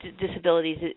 disabilities